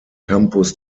campus